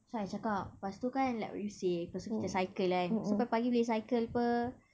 so I cakap lepas tu kan like what you say lepas tu kita cycle kan so pagi-pagi boleh cycle [pe]